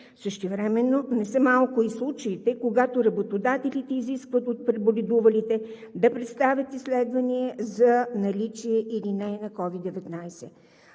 Същевременно не са малко и случаите, когато работодателите изискват от преболедувалите да представят изследвания за наличие или не на COVID-19.